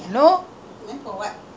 that also I won't do it willingly